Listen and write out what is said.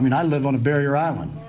i mean i live on a barrier island,